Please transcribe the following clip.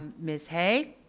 ms. hay.